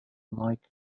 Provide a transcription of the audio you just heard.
mike